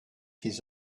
his